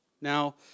Now